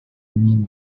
mean